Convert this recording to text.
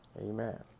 Amen